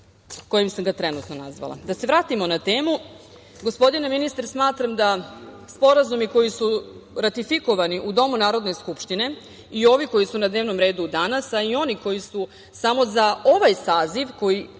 kojim sam ga trenutno nazvala. Da se vratimo na temu. Gospodine ministre, smatram da sporazumi koji su ratifikovani u domu Narodne skupštine i ovi koji su na dnevnom redu danas, a i oni koji su samo za ovaj saziv koji